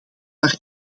maar